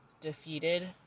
defeated